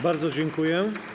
Bardzo dziękuję.